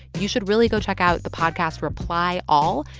you should really go check out the podcast reply all.